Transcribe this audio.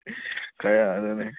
ꯑꯗꯨꯅꯤ